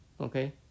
Okay